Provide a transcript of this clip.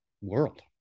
world